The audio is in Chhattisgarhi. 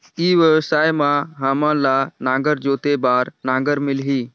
ई व्यवसाय मां हामन ला नागर जोते बार नागर मिलही?